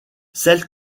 celles